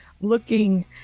looking